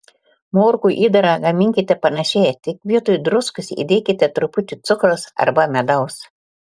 morkų įdarą gaminkite panašiai tik vietoj druskos įdėkite truputį cukraus arba medaus